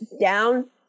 down